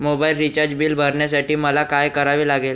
Mobile recharge bill भरण्यासाठी मला काय करावे लागेल?